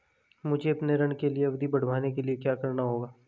मुझे अपने ऋण की अवधि बढ़वाने के लिए क्या करना होगा?